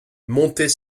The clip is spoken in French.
monter